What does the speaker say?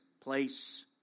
place